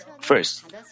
First